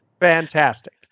Fantastic